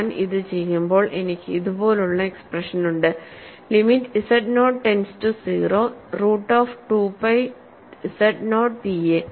ഞാൻ ഇത് ചെയ്യുമ്പോൾ എനിക്ക് ഇതുപോലുള്ള എക്സ്പ്രഷൻ ഉണ്ട് limit z naught tends to 0 root of 2 pi z naught P a